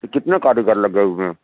تو کتنے کاریگر لگے ہوئے ہیں